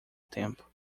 tempo